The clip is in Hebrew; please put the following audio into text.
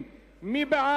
קבוצת